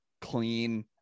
clean